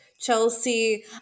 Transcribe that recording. Chelsea